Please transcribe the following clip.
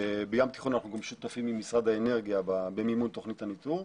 בים התיכון אנחנו גם שותפים עם משרד האנרגיה במימון תכנית הניטור.